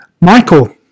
Michael